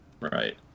Right